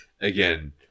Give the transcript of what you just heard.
again